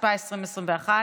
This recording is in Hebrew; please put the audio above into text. התשפ"א 2021,